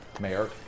mayor